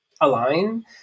align